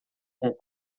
com